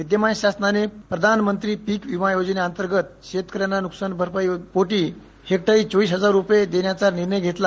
विद्यमान शासनानं प्रधानमंत्री पीक विमा योजनेअंतर्गत शेकन्यांना नुकसान भरपाई पोटी हेक्टरी चोविस हजार रुपये देण्याचा निर्णय घेतला